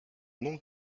non